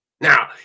now